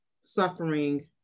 suffering